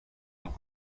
tom